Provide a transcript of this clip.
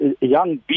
young